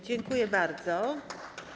Dziękuję bardzo.